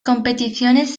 competiciones